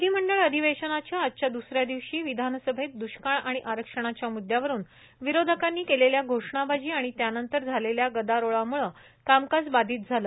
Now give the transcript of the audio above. विधिमंडळ अधिवेशनाच्या आजच्या द्सऱ्या दिवशी ही विधानसभेत दुष्काळ आणि आरक्षणाच्या म्द्यावरुन विरोधकांनी केलेल्या घोषणाबाजी आणि त्यानंतर झालेल्या गदारोळामुळे कामकाज बाधित झालं